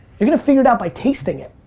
they're gonna figure it out by tasting it.